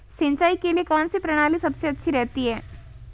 सिंचाई के लिए कौनसी प्रणाली सबसे अच्छी रहती है?